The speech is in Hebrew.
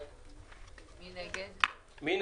מי נגד?